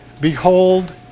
Behold